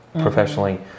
professionally